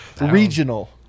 regional